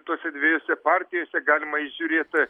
tose dviejose partijose galima įžiūrėt